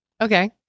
okay